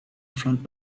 front